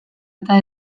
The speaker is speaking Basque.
eta